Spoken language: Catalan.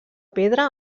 pedra